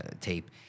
tape